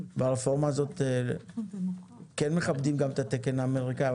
ברפורמה הזאת כן מכבדים גם את התקן האמריקאי,